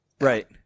Right